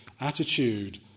attitude